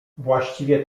właściwie